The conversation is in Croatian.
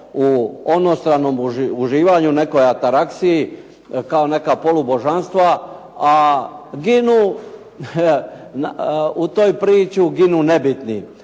u onostranom uživanju, nekoj atarakciji kao neka polubožanstva a ginu u toj priču nebitni,